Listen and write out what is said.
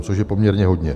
Což je poměrně hodně.